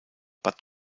bad